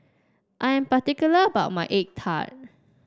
I am particular about my egg tart